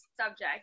subject